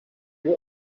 were